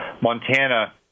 Montana